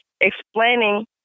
explaining